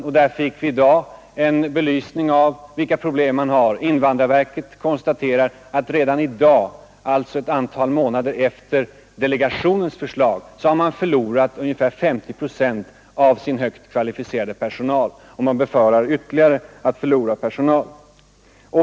På den punkten fick vi i dag en belysning av vilka problem man har; invandrarverket konstaterar att man redan nu, alltså bara några månader efter delegationens förslag, har förlorat ungefär 50 procent av sin högt kvalificerade personal, och man befarar att förlora ytterligare personal.